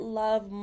love